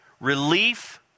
Relief